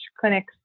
clinics